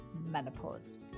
menopause